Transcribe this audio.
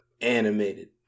animated